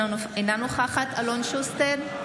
אינה נוכחת אלון שוסטר,